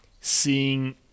seeing